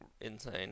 insane